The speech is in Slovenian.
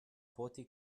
poti